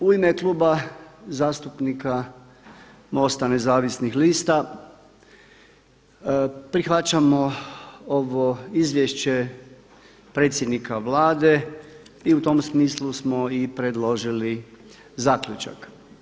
U ime Kluba zastupnika MOST-a Nezavisnih lista prihvaćamo ovo izvješće predsjednika Vlade i u tom smislu smo i predložili zaključak.